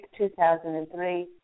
2003